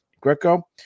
Greco